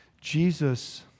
Jesus